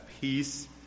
peace